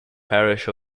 parish